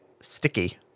sticky